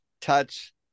touch